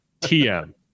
tm